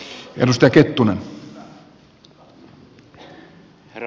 herra puhemies